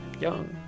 young